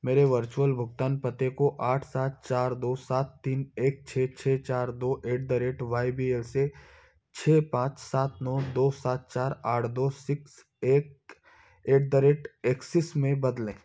मेरे वर्चुअल भुगतान पते को आठ सात चार दो सात तीन एक छः छः चार दो at the rate Y B L से छः पाँच सात नौ दो सात चार आठ दो सिक्स एक एट द रेट एक्सिस में बदलें